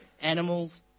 animals